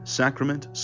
sacrament